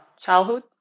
childhood